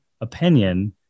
opinion